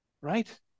right